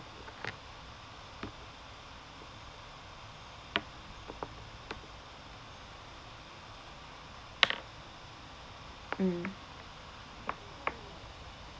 mm